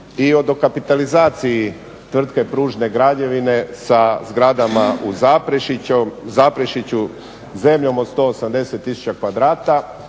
i o dokapitalizaciji tvrtke Pružne građevine sa zgradama u Zaprešiću, zemljom od 180 tisuća kvadrata